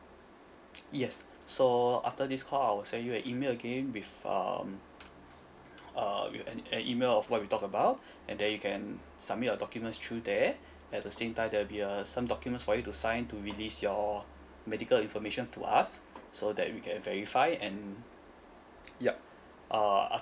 yes so after this call I'll send you an email again before um uh an an email of what we talk about and then you can submit your documents through there at the same time there'll be uh some documents for you to sign to release your medical information to us so that we can verify and yup uh